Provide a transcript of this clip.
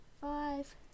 Five